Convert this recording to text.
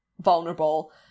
vulnerable